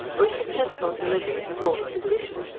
or a successful delivery in the fourth position,